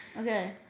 Okay